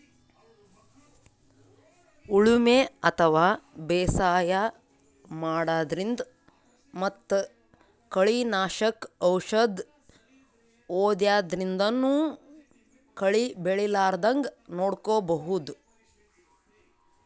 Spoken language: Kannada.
ಉಳಿಮೆ ಅಥವಾ ಬೇಸಾಯ ಮಾಡದ್ರಿನ್ದ್ ಮತ್ತ್ ಕಳಿ ನಾಶಕ್ ಔಷದ್ ಹೋದ್ಯಾದ್ರಿನ್ದನೂ ಕಳಿ ಬೆಳಿಲಾರದಂಗ್ ನೋಡ್ಕೊಬಹುದ್